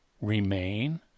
remain